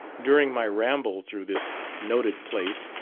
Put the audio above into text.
during my ramble through this noted place,